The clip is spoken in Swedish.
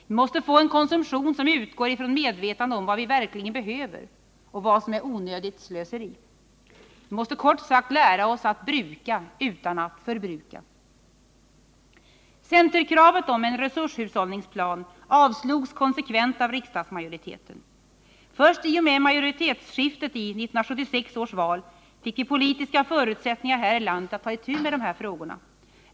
Vi måste få en konsumtion som utgår ifrån medvetande om vad vi verkligen behöver och vad som är onödigt slöseri. Vi måste kort sagt lära oss att bruka utan att förbruka. Centerkravet om en resurshushållningsplan avslogs konsekvent av riksdagsmajoriteten. Först i och med majoritetsskiftet i 1976 års val fick vi politiska förutsättningar här i landet att ta itu med de här frågorna.